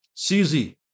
CZ